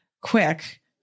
quick